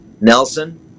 Nelson